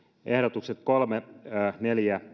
ehdotukset kolme neljä